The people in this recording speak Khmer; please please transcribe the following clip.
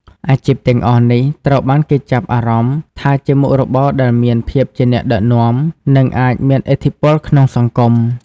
អាជីពទាំងអស់នេះត្រូវបានគេចាប់អារម្មណ៍ថាជាមុខរបរដែលមានភាពជាអ្នកដឹកនាំ និងអាចមានឥទ្ធិពលក្នុងសង្គម។